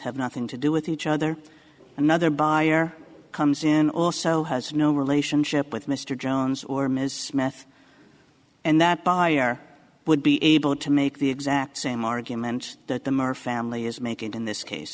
have nothing to do with each other another buyer comes in also has no relationship with mr jones or ms smith and that buyer would be able to make the exact same argument that the more family is making in this case